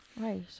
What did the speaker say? Right